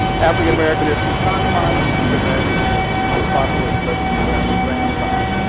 african-american history timelines, as you can imagine, these are extremely popular, especially around exam time.